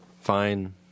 Fine